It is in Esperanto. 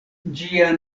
ĝia